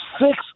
six